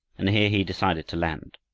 and here he decided to land.